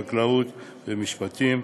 חקלאות ומשפטים.